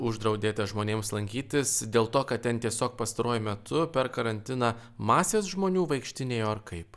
uždraudėte žmonėms lankytis dėl to kad ten tiesiog pastaruoju metu per karantiną masės žmonių vaikštinėjo ar kaip